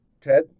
Ted